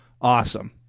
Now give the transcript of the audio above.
Awesome